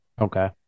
Okay